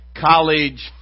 college